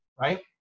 right